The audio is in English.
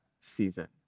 season